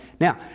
Now